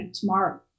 tomorrow